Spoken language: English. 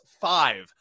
five